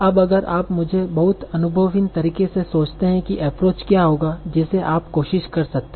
अब अगर आप इसे बहुत अनुभवहीन तरीके से सोचते हैं कि एप्रोच क्या होगा जिसे आप कोशिश कर सकते हैं